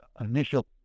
initial